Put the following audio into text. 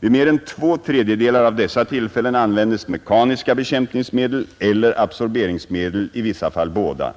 Vid mer än två tredjedelar av dessa tillfällen användes mekaniska bekämpningsmedel eller absorberingsmedel, i vissa fall båda.